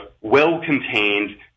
well-contained